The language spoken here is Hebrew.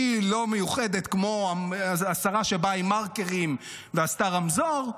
היא לא מיוחדת כמו השרה שבאה עם מרקרים ועשתה רמזור,